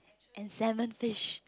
and salmon fish